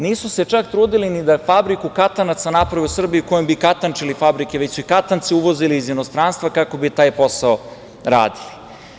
Nisu se čak trudili ni da fabriku katanaca naprave u Srbiji kojom bi katančili fabrike, već su i katance uvozili iz inostranstva kako bi taj posao radili.